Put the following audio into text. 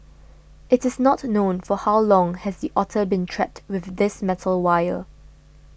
it is not known for how long has the otter been trapped with this metal wire